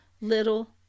little